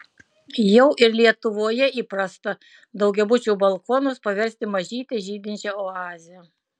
jau ir lietuvoje įprasta daugiabučių balkonus paversti mažyte žydinčia oaze